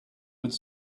would